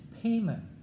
payment